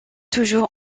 toujours